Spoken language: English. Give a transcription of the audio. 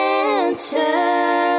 answer